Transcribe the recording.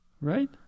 right